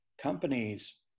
companies